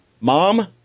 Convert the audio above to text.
Mom